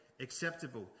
acceptable